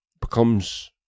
becomes